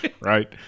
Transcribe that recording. Right